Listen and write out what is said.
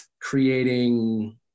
creating